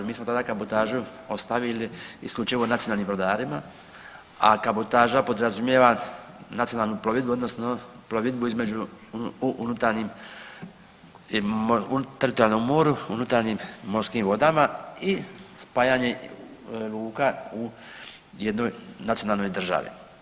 Mi smo tada kabotažu ostavili isključivo nacionalnim brodarima, a kabotaža podrazumijeva nacionalnu plovidbu odnosno plovidbu između, u unutarnjim, u teritorijalnom moru, u unutarnjim morskim vodama i spajanje luka u jednoj nacionalnoj državi.